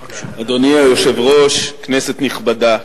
אדוני היושב-ראש, כנסת נכבדה,